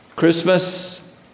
Christmas